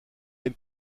elle